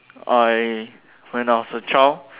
I when I was a child